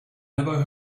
never